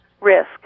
risk